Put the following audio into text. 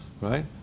right